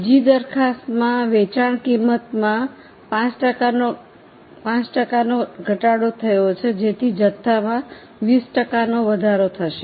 બીજા દરખાસ્તમાં વેચાણ કિંમતમાં 5 ટકાનો ઘટાડો થયો છે જેથી જથ્થામાં 20 ટકાનો વધારો થશે